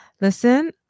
listen